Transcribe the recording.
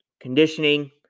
conditioning